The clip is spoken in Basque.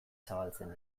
zabaltzen